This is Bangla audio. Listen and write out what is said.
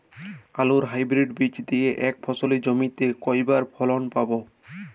আলুর হাইব্রিড বীজ দিয়ে এক ফসলী জমিতে কয়বার ফলন পাব?